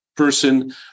person